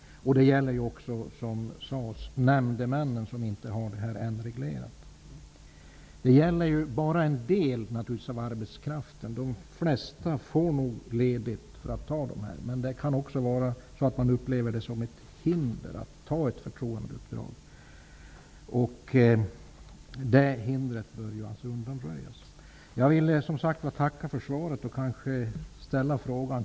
Det gäller också nämndemännen, för vilka det inte, som det sades i svaret, finns en reglering. Detta är naturligtvis ett problem för enbart en del av arbetskraften. De flesta får nog ledigt för att ta dessa uppdrag. Men man kan också uppleva det som ett hinder att ta ett förtroendeuppdrag. Det hindret bör undanröjas. Jag vill tacka för svaret.